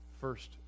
first